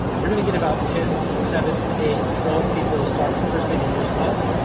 you're gonna get about ten, seven, eight, twelve people who start the first date of your first month.